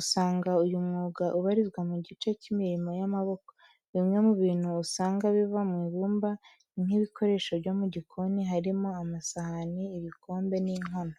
Usanga uyu mwuga ubarizwa mu gice cy'imirimo y'amaboko. Bimwe mu bintu usanga biva mu ibumba ni nk'ibikoresho byo mu gikoni harimo amasahani, ibikombe n'inkono.